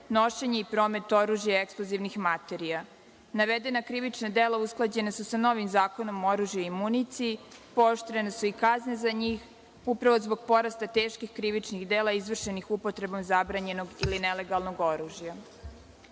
nošenje i promet oružja i eksplozivnih materija. Navedena krivična dela usklađena su sa novim Zakonom o oružju i municiji, pooštrene su i kazne za njih, upravo zbog porasta teških krivičnih dela izvršenih upotrebom zabranjenog ili nelegalnog